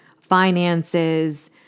finances